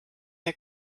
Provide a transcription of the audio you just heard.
der